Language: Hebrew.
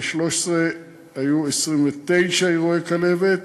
ב-2013 היו 29 אירועי כלבת,